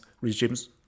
regimes